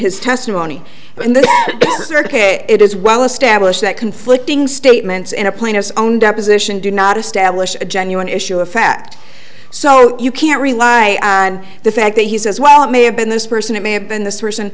his testimony and then it is well established that conflicting statements in a plane it's own deposition do not establish a genuine issue of fact so you can't rely on the fact that he says while it may have been this person it may have been the pers